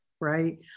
right